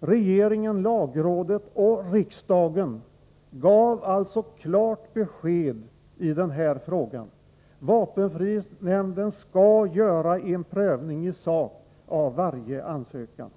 Regeringen, lagrådet och riksdagen gav alltså klart besked i denna fråga. Vapenfrinämnden skall göra en prövning i sak av varje ansökan.